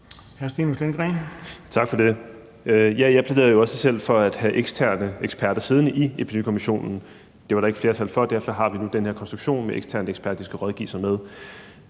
Tak for det. Ja, jeg plæderede jo også selv for at have eksterne eksperter siddende i Epidemikommissionen. Det var der ikke flertal for, og derfor har vi nu den her konstruktion med eksterne eksperter, de skal rådføre sig med.